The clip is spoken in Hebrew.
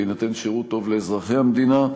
יינתן שירות טוב לאזרחי המדינה,